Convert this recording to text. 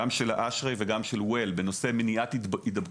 גם של -- וגם של Well בנושא מניעת הידבקות,